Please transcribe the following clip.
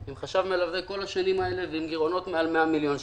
עם חשב מלווה כל השנים האלה ועם גירעונות של מעל 100 מיליון שקלים.